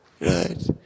right